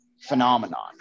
phenomenon